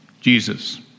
Jesus